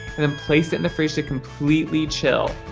and then place it in the fridge to completely chill.